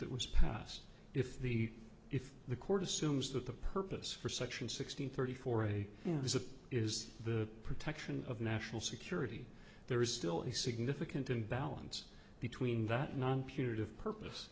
that was passed if the if the court assumes that the purpose for section sixteen thirty four a is a is the protection of national security there is still a significant imbalance between that non punitive purpose